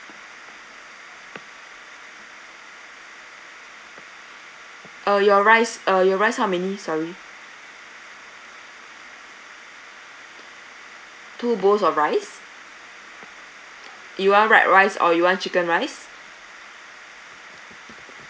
uh your rice uh your rice how many sorry two bowls of rice you want white rice or you want chicken rice